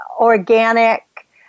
organic